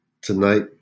Tonight